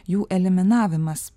jų eliminavimas